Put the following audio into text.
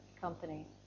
company